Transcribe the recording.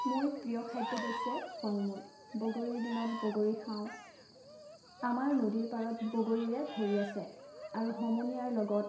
মোৰ প্ৰিয় খাদ্য হৈছে ফল মূল বগৰীৰ দিনত বগৰী খাওঁ আমাৰ নদীৰ পাৰত বগৰীৰে ভৰি আছে আৰু সমনীয়াৰ লগত